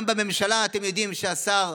גם בממשלה אתם יודעים שהשר,